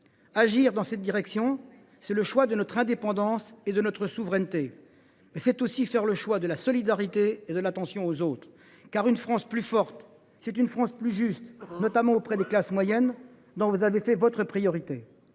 Agir dans cette direction, c’est faire le choix de notre indépendance et de notre souveraineté, mais c’est aussi faire le choix de la solidarité et de l’attention que nous prêtons à autrui. Une France plus forte, c’est une France plus juste, notamment à l’égard des classes moyennes, dont vous avez fait, monsieur